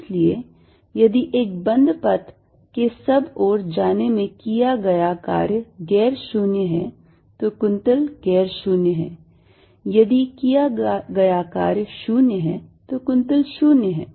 इसलिए यदि एक बंद पथ के सब ओर जाने में किया गया कार्य गैर शून्य है तो कुंतल गैर शून्य है यदि किया गया कार्य शून्य है तो कुंतल शून्य है